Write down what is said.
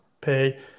pay